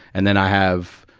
and then i have,